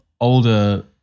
older